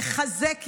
לחזק יכולות,